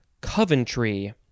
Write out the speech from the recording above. coventry